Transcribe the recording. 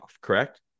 correct